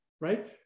right